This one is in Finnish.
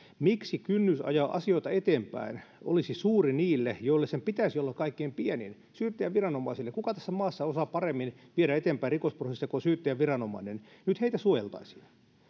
miksi kynnys ajaa asioita eteenpäin olisi suuri niille joille sen pitäisi olla kaikkein pienin syyttäjäviranomaisille kuka tässä maassa osaa paremmin viedä eteenpäin rikosprosessia kuin syyttäjäviranomainen nyt heitä suojeltaisiin